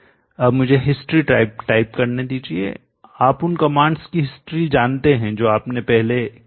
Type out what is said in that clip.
अब मुझे हिस्ट्री इतिहास टाइप करने दीजिए आप उन कमांड्स की हिस्ट्रीइतिहास जानते हैं जो आपने पहले किए हैं